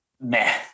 meh